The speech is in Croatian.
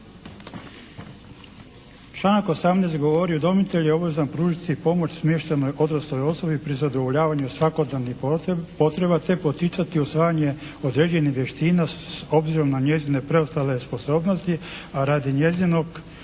Članak 18. govori: "Udomitelj je obvezan pružiti pomoć smještenoj odrasloj osobi pri zadovoljavanju svakodnevnih potreba te poticati usvajanje određenih vještina s obzirom na njezine preostale sposobnosti a radi njezinog